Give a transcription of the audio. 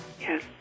Yes